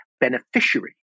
beneficiary